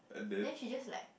then she just like